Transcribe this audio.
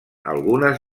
algunes